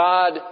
God